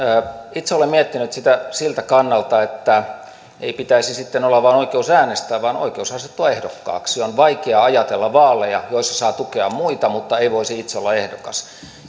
itse olen miettinyt sitä siltä kannalta että ei pitäisi sitten olla vain oikeus äänestää vaan oikeus asettua ehdokkaaksi on vaikea ajatella vaaleja joissa saa tukea muita mutta ei voisi itse olla ehdokas